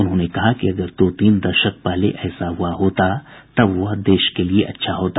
उन्होंने कहा कि अगर दो तीन दशक पहले ऐसा हुआ होता तब वह देश के लिए अच्छा होता